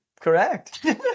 Correct